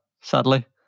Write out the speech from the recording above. sadly